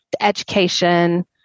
education